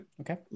Okay